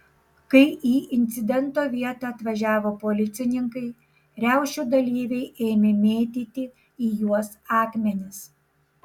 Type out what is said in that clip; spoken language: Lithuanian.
kai į incidento vietą atvažiavo policininkai riaušių dalyviai ėmė mėtyti į juos akmenis